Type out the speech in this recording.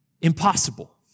impossible